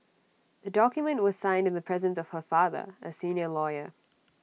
the document was signed in the presence of her father A senior lawyer